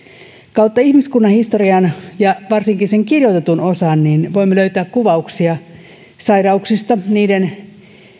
kautta ihmiskunnan historian ja varsinkin sen kirjoitetun osan voimme löytää kuvauksia sairauksista niiden